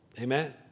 Amen